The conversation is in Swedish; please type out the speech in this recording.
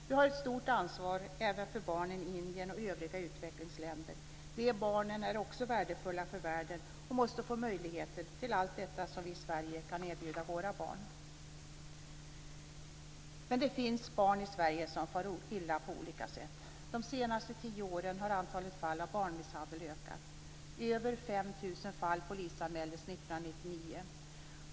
Vi har ett stort ansvar även för barnen i Indien och i övriga utvecklingsländer. De barnen är också värdefulla för världen och måste få möjligheter till allt detta som vi i Sverige kan erbjuda våra barn. Men det finns barn i Sverige som far illa på olika sätt. Under de senaste tio åren har antalet fall av barnmisshandel ökat. Över 5 000 fall polisanmäldes 1999.